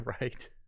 right